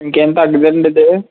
ఇంకేం తగ్గదండి ఇది